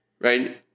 right